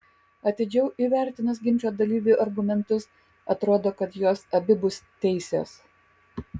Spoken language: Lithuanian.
atidžiau įvertinus ginčo dalyvių argumentus atrodo kad jos abi bus teisios